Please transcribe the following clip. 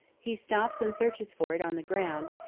he stops and searches for it on the ground,